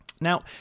Now